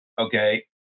Okay